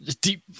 Deep